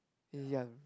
young